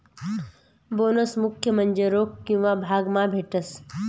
bonus मुख्य म्हन्जे रोक किंवा भाग मा भेटस